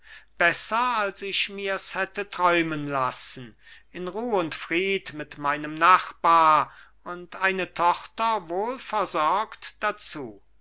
besser als ich mir's hätte träumen lassen in ruh und fried mit meinem nachbar und eine tochter wohl versorgt dazu